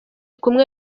kumwe